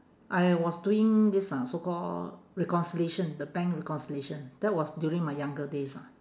I was doing this ah so call reconciliation the bank reconciliation that was during my younger days ah